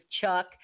Chuck